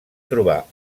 trobar